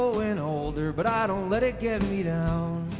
ah and older but i don't let it get me down